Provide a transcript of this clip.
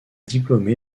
diplômé